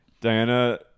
Diana